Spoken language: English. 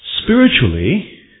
Spiritually